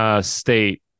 state